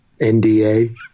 NDA